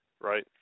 right